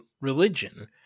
religion